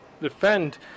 defend